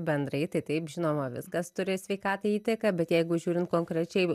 bendrai tai taip žinoma viskas turi sveikatai įtaiką bet jeigu žiūrint konkrečiai